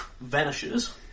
vanishes